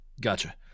Gotcha